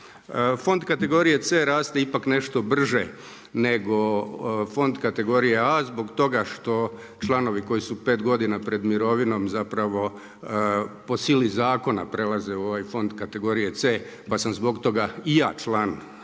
Fond kategorije C raste ipak nešto brže nego fond kategorije A zbog toga što članovi koji su pet godina pred mirovinom zapravo po sili zakona prelaze u ovaj fond kategorije C, pa sam zbog toga i ja član toga